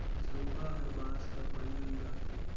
झउहा हर बांस कर बइन रहथे